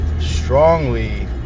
strongly